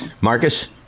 Marcus